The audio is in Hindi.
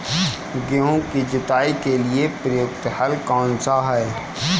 गेहूँ की जुताई के लिए प्रयुक्त हल कौनसा है?